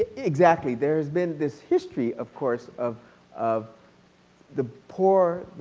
ah exactly. there has been this history of course of of the poor,